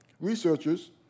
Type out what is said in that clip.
researchers